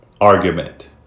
argument